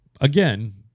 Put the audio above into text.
again